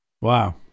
Wow